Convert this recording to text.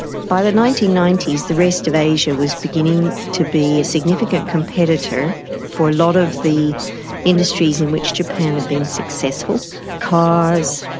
by the nineteen ninety s the rest of asia was beginning to be a significant competitor for a lot of the industries in which japan had been successful cars,